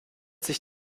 sich